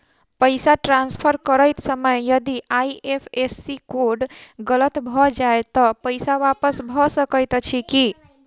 पैसा ट्रान्सफर करैत समय यदि आई.एफ.एस.सी कोड गलत भऽ जाय तऽ पैसा वापस भऽ सकैत अछि की?